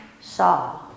saw